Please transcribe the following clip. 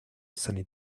sunny